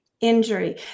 Injury